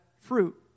fruit